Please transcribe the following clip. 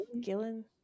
Gillen